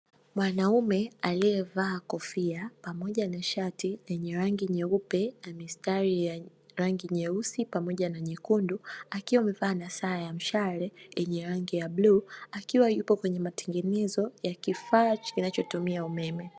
Mwanaume aliyevaa kofia pamoja na shati lenye rangi nyeupe na mistari ya rangi nyeusi pamoja na nyekundu, akiwa amevaa na saa ya mshale yenye rangi ya bluu akiwa yupo kwenye matengenezo ya kifaa kinachotumia umeme.